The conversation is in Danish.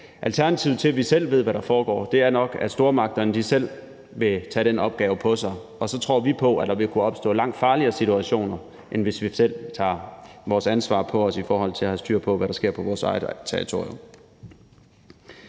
Alternativet til, at vi selv ved, hvad der foregår, er nok, at stormagterne selv vil tage den opgave på sig. Og så tror vi på, at der vil kunne opstå langt farligere situationer, end hvis vi selv tager vores ansvar på os i forhold til at have styr på, hvad der sker på vores eget territorium.